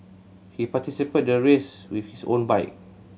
he participated the race with his own bike